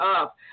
up